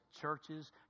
churches